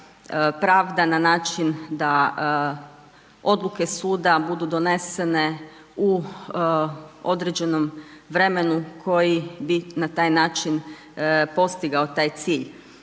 pravda, na način da odluke suda budu donesene u određenom vremenu, koji bi na taj način postigao taj cilj.